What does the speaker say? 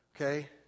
okay